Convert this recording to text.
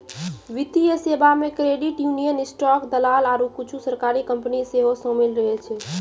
वित्तीय सेबा मे क्रेडिट यूनियन, स्टॉक दलाल आरु कुछु सरकारी कंपनी सेहो शामिल रहै छै